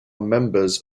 members